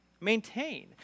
Maintain